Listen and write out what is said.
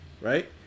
Right